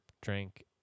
drink